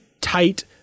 tight